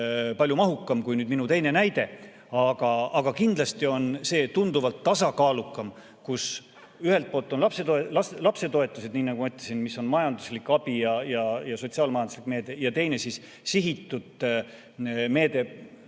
palju mahukam kui minu teine näide, aga kindlasti on see tunduvalt tasakaalukam, kus ühelt poolt on lapsetoetused, nii nagu ma ütlesin, mis on majanduslik abi ja sotsiaal-majanduslik meede, ja teine on sihitud meede